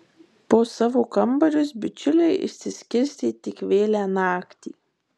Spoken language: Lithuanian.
po savo kambarius bičiuliai išsiskirstė tik vėlią naktį